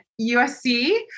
USC